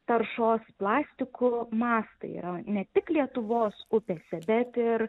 taršos plastikų mastai yra ne tik lietuvos upėse bet ir